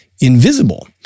invisible